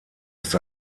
ist